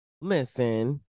Listen